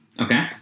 Okay